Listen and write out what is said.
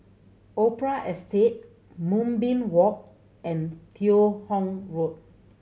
Opera Estate Moonbeam Walk and Teo Hong Road